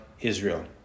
Israel